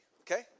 okay